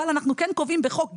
אבל אנחנו כן קובעים בחוק גיל,